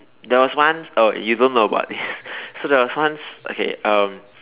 there was once oh you don't know about this so there was once okay um